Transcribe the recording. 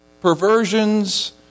perversions